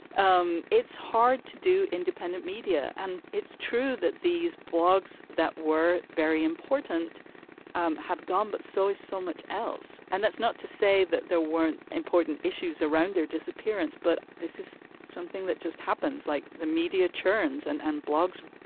um it's hard to do independent media. and it's true that these blogs that were very important um have gone, but so, so much else and that's not to say that there weren't important issues around their disappearance, but this is something that just happens, like the media churns and and blogs.